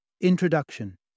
Introduction